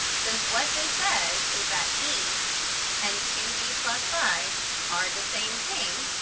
since, what this says is that e and two b plus five are the same thing,